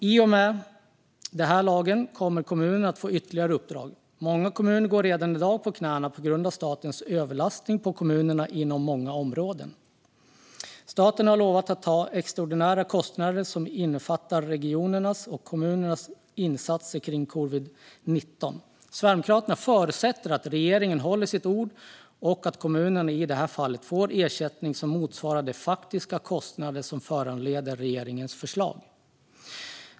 I och med denna lag kommer kommunerna att få ytterligare uppdrag. Många kommuner går redan i dag på knäna på grund av statens överlastning på kommunerna inom många områden. Staten har lovat att ta extraordinära kostnader som avser regionernas och kommunernas insatser kring covid-19. Sverigedemokraterna förutsätter att regeringen håller sitt ord och att kommunerna i det här fallet får ersättning som motsvarar de faktiska kostnader som regeringens förslag föranleder.